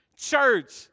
Church